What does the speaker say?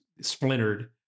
splintered